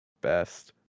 best